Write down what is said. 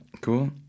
Cool